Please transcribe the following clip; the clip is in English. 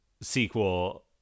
sequel